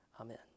Amen